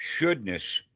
shouldness